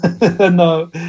No